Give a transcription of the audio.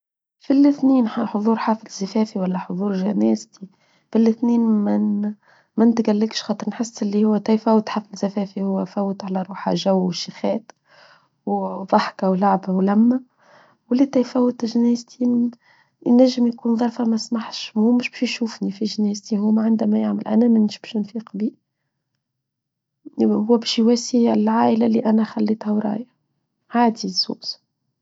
في الاثنين حضور حفل زفافي ولا حضور جناستي في الاثنين ما نتجلكش خاطر نحس اللي هو تيفوت حفل زفافي هو فوت على روحه جو وشيخات وضحكة ولعبة ولما وليه تيفوت جناستي نجم يكون ظرفة ما اسمحش هو مش بيشوفني في جناستي هو عندما يعمل أنا ما نشوفني في القبيل يبقى هو بيشواسي العائلة اللي أنا خلتها ورايا عادي السوز.